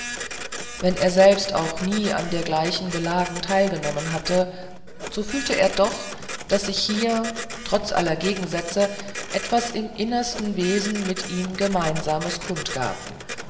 wenn er selbst auch nie an dergleichen gelagen teilgenommen hatte so fühlte er doch daß sich hier trotz aller gegensätze etwas im innersten wesen mit ihm gemeinsames kundgab